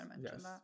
yes